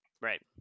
Right